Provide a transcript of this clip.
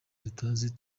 tutazi